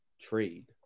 trade